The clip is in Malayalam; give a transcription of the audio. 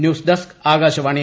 ന്യൂസ്ഡസ്ക് ആകാശവാണി